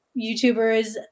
YouTubers